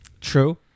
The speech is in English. True